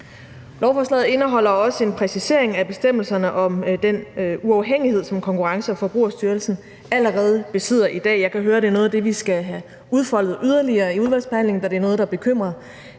Lovforslaget indeholder også en præcisering af bestemmelserne om den uafhængighed, som Konkurrence- og Forbrugerstyrelsen allerede besidder i dag. Jeg kan høre, at det er noget af det, vi skal have udfoldet yderligere i udvalgsbehandlingen, da det er noget, der bekymrer